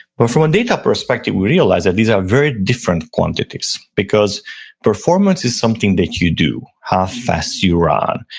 but from a data perspective, we realize that these are very different quantities, because performance is something that you do, how fast you run,